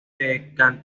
misioneros